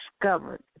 Discovered